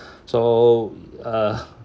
so uh